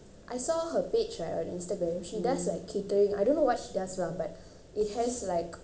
I saw her page right on instagram she does like catering I don't know what she does lah but it has like